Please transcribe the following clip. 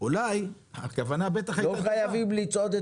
אז כנראה שלאותם לקוחות הוא פחות יצמצם.